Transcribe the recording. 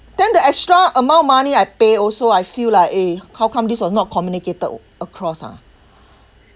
then the extra amount money I pay also I feel like eh how come this was not communicated across ah